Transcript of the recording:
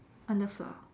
on the floor